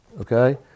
Okay